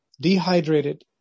dehydrated